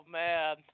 man